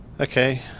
Okay